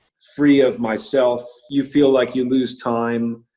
free of myself, you feel like you lose time,